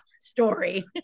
story